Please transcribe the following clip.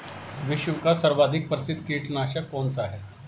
विश्व का सर्वाधिक प्रसिद्ध कीटनाशक कौन सा है?